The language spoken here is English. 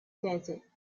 desert